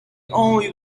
only